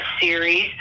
series